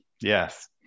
Yes